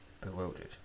Bewildered